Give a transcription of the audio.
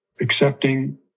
accepting